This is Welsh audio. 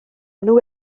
nhw